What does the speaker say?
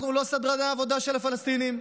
אנחנו לא סדרני עבודה של הפלסטינים.